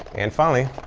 and finally,